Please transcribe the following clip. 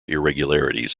irregularities